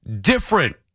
different